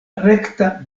rekta